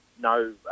no